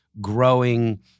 growing